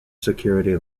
security